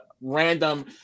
random